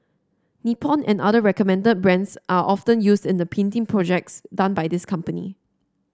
Nippon and other recommended brands are often used in the painting projects done by this company